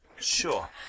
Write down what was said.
Sure